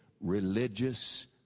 religious